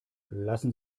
lassen